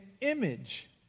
image